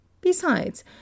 Besides